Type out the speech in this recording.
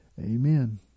Amen